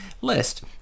list